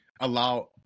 allow